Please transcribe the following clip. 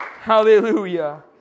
Hallelujah